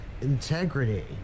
integrity